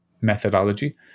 methodology